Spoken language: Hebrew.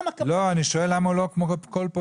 אני שואל למה הוא לא כל פועל.